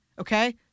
Okay